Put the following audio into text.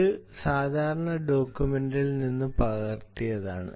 ഇത് സാധാരണ ഡോക്യൂമെന്റിൽ നിന്ന് പകർത്തിയതാണ്